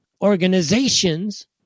organizations